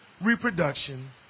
reproduction